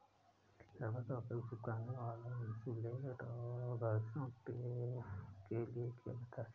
rubber का उपयोग चिपकने वाला इन्सुलेट और घर्षण टेप के लिए किया जाता है